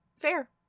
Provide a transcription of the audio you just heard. fair